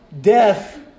death